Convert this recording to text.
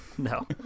No